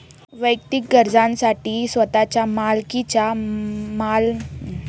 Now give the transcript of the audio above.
वैयक्तिक गरजांसाठी स्वतःच्या मालकीच्या मालमत्तेवर कर्ज घेता येतो का?